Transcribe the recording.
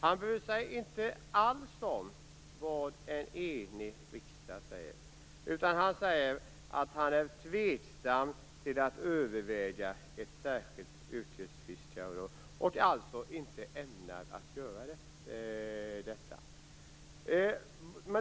Han bryr sig inte alls om vad en enig riksdag säger, utan han säger att han är tveksam till att överväga ett särskilt yrkesfiskaravdrag och att han alltså inte ämnar att föreslå detta.